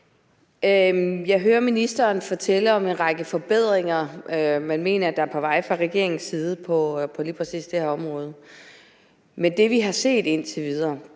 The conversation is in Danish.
Jeg hører ministeren fortælle om en række forbedringer, man mener er på vej fra regeringens side, på lige præcis det her område. Men det, vi har set indtil videre,